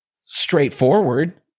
straightforward